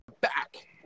Back